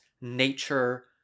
nature